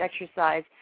exercise